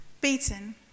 Beaten